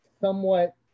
somewhat